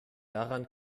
daran